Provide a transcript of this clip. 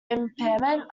impairment